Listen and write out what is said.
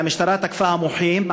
והמשטרה תקפה מוחים,